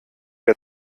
der